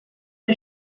que